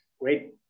Great